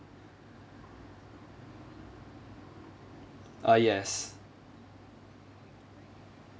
uh yes